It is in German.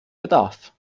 bedarf